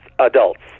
adults